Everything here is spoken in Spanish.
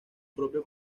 propio